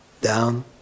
down